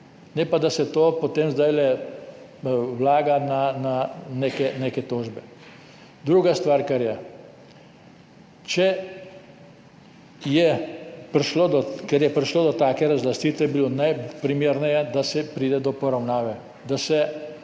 ne pa, da se to potem zdaj vlaga v neke tožbe. Druga stvar, kar je. Ker je prišlo do take razlastitve, bi bilo najprimerneje, da se pride do poravnave, da se